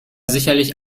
sicherlich